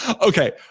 Okay